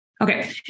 Okay